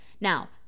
Now